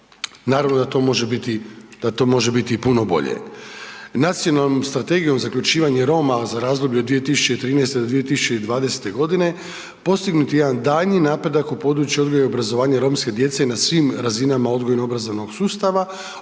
biti, da to može biti i puno bolje. Nacionalnom strategijom za uključivanje Roma za razdoblje od 2013.-2020. g. postignut je jedan daljnji napredak u području odgoja i obrazovanja romske djece na svim razinama odgojno-obrazovnog sustava, o čemu često